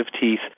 teeth